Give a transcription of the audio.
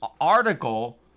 article